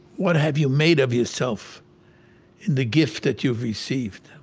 what have you made of yourself in the gift that you've received?